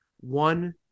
One